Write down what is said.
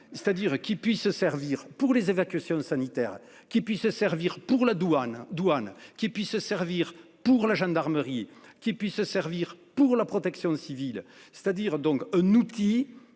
c'est-à-dire qu'ils puissent se servir pour les évacuations sanitaires qui puisse servir pour la douane Douane qui puisse servir pour la gendarmerie qui puisse servir pour la protection civile, c'est-à-dire donc un outil